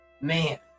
Man